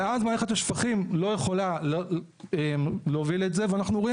ואז מערכת השפכים לא יכולה להוביל את זה ואנחנו רואים